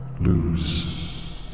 lose